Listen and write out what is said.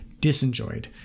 disenjoyed